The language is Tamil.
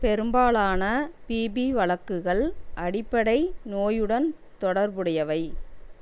பெரும்பாலான பிபி வழக்குகள் அடிப்படை நோயுடன் தொடர்புடையவை